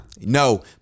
No